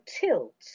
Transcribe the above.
tilt